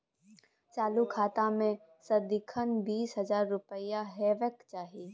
चालु खाता मे सदिखन बीस हजार रुपैया हेबाक चाही